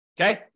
okay